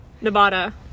Nevada